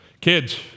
Kids